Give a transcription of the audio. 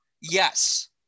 Yes